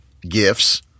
gifts